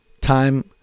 time –